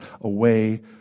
away